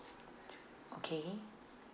okay